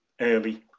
early